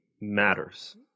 matters